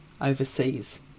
overseas